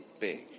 big